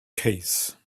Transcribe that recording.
case